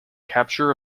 capture